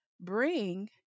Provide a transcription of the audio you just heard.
bring